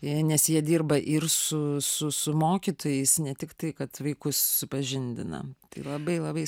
nes jie dirba ir su su su mokytojais ne tiktai kad vaikus supažindina tai labai labai